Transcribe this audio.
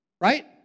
right